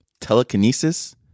telekinesis